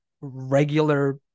regular